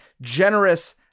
generous